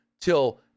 till